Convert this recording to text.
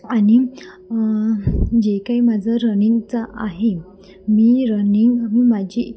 आणि जे काही माझं रनिंगचा आहे मी रनिंग माझी